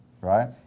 right